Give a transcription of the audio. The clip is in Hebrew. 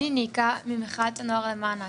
אני ניקה ממחאת הנוער למען האקלים.